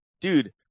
dude